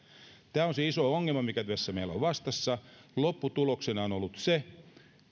tämä on se iso ongelma mikä tässä meillä on vastassa lopputuloksena on ollut se